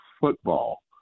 football